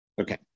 Okay